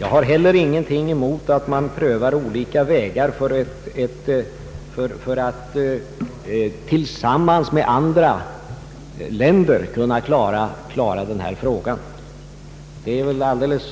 Jag har heller ingenting emot att man prövar olika vägar för att tillsammans med andra länder kunna klara de här frågorna. Det är alldeles